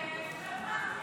גבירותיי ורבותיי,